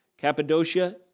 Cappadocia